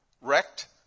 Wrecked